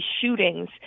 shootings